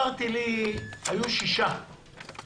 היו שישה נציגים של המשרד.